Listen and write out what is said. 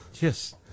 Yes